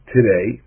Today